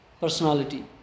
personality